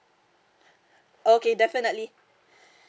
okay definitely